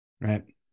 Right